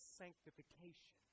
sanctification